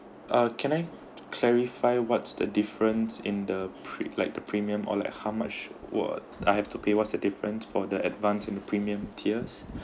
uh can I clarify what's the difference in the pre~ like the premium or like how much what I have to pay what's the difference for the advance and the premium tiers